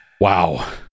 Wow